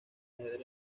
ajedrez